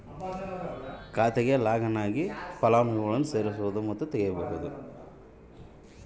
ಫಲಾನುಭವಿಗಳನ್ನು ಯಾವ ರೇತಿ ಸೇರಿಸಬಹುದು ಮತ್ತು ತೆಗೆಯಬಹುದು?